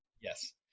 Yes